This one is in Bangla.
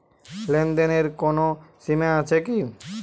লেনদেনের কোনো সীমা আছে কি?